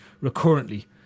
recurrently